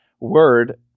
word